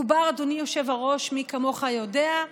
מדובר, אדוני היושב-ראש, מי כמוך יודע,